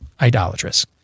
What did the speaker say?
idolatrous